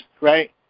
right